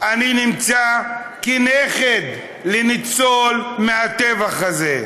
אני נמצא כנכד לניצול מהטבח הזה.